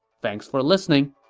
thanks for listening